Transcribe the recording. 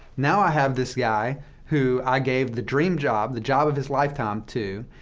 now i have this guy who i gave the dream job, the job of his lifetime to,